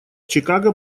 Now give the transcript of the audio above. чикаго